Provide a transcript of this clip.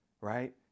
right